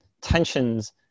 tensions